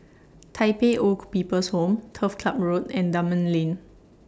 Tai Pei Old People's Home Turf Ciub Road and Dunman Lane